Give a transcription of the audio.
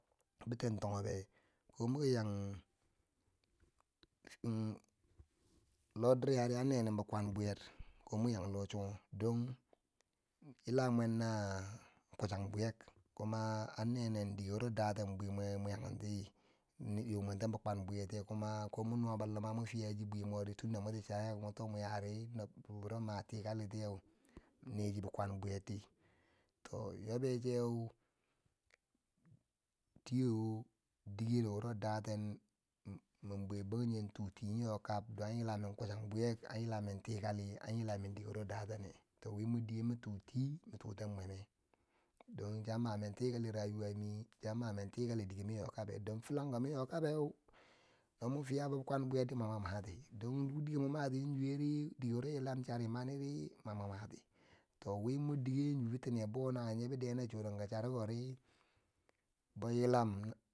Biten tingobe ko mwo ki yang, lodiya ri an nenen bikwan bwiyer, ko mwo kiyang lochungo, don yila mwen na kuchan bwiyek, kuma an nenen dike wuro daten bwi mweu no mwan yakenti nyo mwenten bikwan bwiyerti kuma ko mwo nuwa bo luma mwo fiya chi bwi mwori tun da mwoki chayeu, mwo to mwo yari, nobtu wuro ma tikali tiyeu neche bikwan bwiyerti, to yobecheu. Tiyo dikero wuro daten, min bwe banhinge tu tiyo yo kab dan an yila men kuchan bwiyek an yila men tikali an yil men dike wuro datene, to wi mor dike mi tu ti m tu then mweme don chiya mamen tikali rayuwa mi an ma men tikati dike ma yo kabe, don filangko ma yo kabeu no mwa fiyabo bikwan bwiyerdi mani mwo mati, dan dike mwo mati yanzu weri dike wuro yilam chariye mami ri mani mwo mati, to wi mar dike bitine bou nwobi dena churanka chari keri bo yilam.